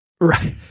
Right